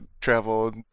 travel